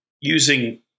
using